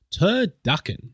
turducken